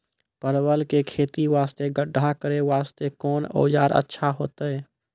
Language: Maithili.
परवल के खेती वास्ते गड्ढा करे वास्ते कोंन औजार अच्छा होइतै?